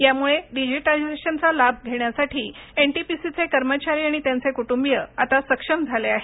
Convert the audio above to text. यामुळे डिजिटायझेशनचा लाभ घेण्यासाठी एनटीपीसीचे कर्मचारी आणि त्यांचे कुटुंबिय आता सक्षम झाले आहेत